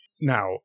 Now